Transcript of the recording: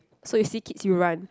so you see kids you run